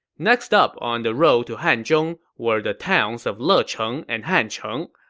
next up on the road to hanzhong were the towns of lecheng and hancheng.